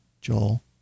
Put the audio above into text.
Joel